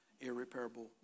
irreparable